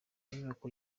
inyubako